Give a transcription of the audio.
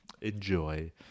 enjoy